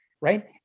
right